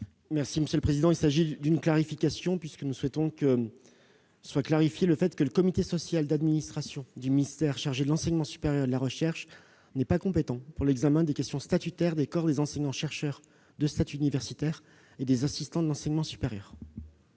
: La parole est à M. le secrétaire d'État. Cet amendement vise à clarifier le fait que le comité social d'administration du ministère chargé de l'enseignement supérieur et de la recherche n'est pas compétent pour l'examen des questions statutaires des corps des enseignants-chercheurs de statut universitaire et des assistants de l'enseignement supérieur.